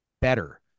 better